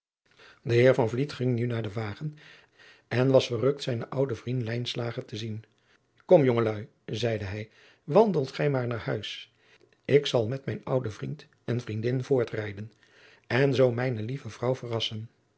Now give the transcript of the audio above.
van vliet ging nu naar den wagen en was verrukt zijn ouden vriend lijnslager te zien komt jongelui zeide hij wandelt gij maar naar huis ik zal met mijn ouden vriend en vriendin voortrijden en zoo mijne lieve vrouw verrasadriaan